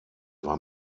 war